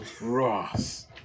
Ross